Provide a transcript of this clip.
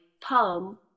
palm